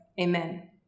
amen